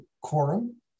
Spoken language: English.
quorum